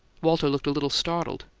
walter looked a little startled.